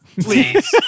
please